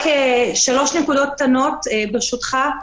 שלוש נקודות קטנות, ברשותך.